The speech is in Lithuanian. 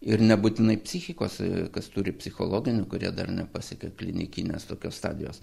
ir nebūtinai psichikos kas turi psichologinių kurie dar nepasiekė klinikinės tokios stadijos